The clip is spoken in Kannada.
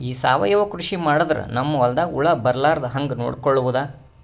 ಈ ಸಾವಯವ ಕೃಷಿ ಮಾಡದ್ರ ನಮ್ ಹೊಲ್ದಾಗ ಹುಳ ಬರಲಾರದ ಹಂಗ್ ನೋಡಿಕೊಳ್ಳುವುದ?